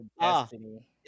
Destiny